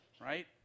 right